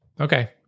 okay